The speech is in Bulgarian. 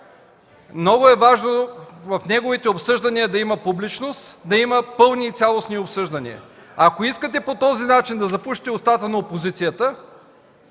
Много е важно при неговото обсъждане да има публичност, да има пълни и цялостни обсъждания. Ако искате по този начин да запушите устата на опозицията,